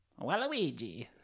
waluigi